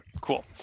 Cool